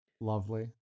Lovely